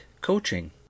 Coaching